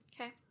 Okay